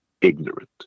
ignorant